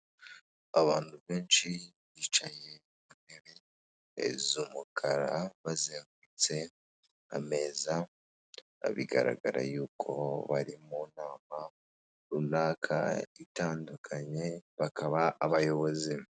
Abantu benshi bicaye ku ntebe z'umukara, bazengurutse ameza, bigaragara yuko bari mu nama runaka itandukanye, bakaba abayobozi.